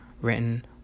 written